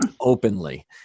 openly